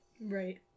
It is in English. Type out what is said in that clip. Right